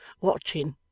watching